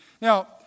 Now